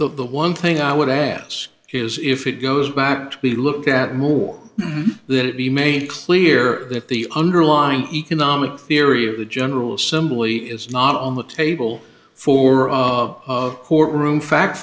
the one thing i would ask is if it goes back to be looked at more that it be made clear that the underlying economic theory of the general assembly is not on the table for or of of courtroom fact